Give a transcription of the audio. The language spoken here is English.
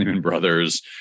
Brothers